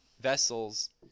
vessels